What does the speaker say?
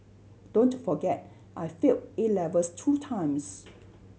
don't forget I failed A levels two times